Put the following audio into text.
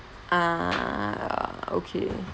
ah okay